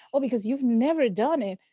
oh, because you've never done it.